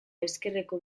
ezkerreko